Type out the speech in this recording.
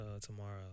tomorrow